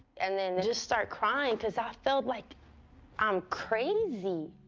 and then just start crying because i felt like i'm crazy.